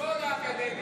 תודה רבה.